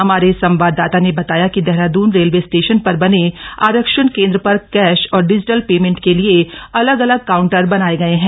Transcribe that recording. हमारे संवाददाता ने बताया कि देहरादून रेलवे स्टेशन पर बने आरक्षण केंद्र पर कैश और डिजिटल पेमेंट के लिए अलग अलग काउंटर बनाये गए हैं